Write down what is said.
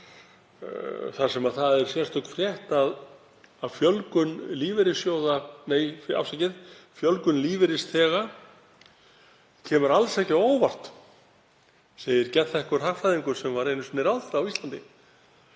þar sem það er sérstök frétt að fjölgun lífeyrisþega komi alls ekki á óvart, segir geðþekkur hagfræðingur sem var einu sinni ráðherra á Íslandi.